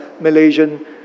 Malaysian